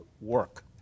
work